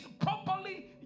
properly